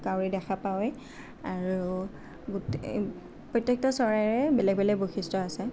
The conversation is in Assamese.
কাউৰী দেখা পাওঁৱেই আৰু গোটেই প্ৰত্যেকটো চৰাইৰে বেলেগ বেলেগ বৈশিষ্ট্য আছে